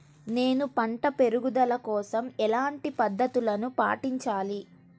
నేను పంట పెరుగుదల కోసం ఎలాంటి పద్దతులను పాటించాలి?